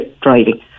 driving